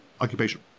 Occupation